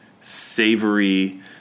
savory